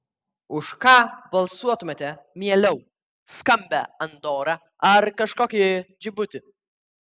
už ką balsuotumėte mieliau skambią andorą ar kažkokį džibutį